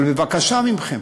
אבל בבקשה מכם,